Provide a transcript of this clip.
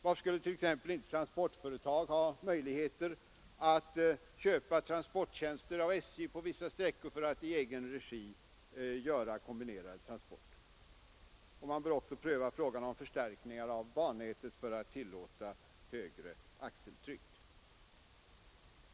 Varför skulle inte t.ex. transportföretag ha möjligheter att köpa transporttjänster av SJ på vissa sträckor för att i egen regi företa kombinerade transporter? Man bör också pröva frågan om förstärkningar av bannätet för att det skall tillåta högre axeltryck.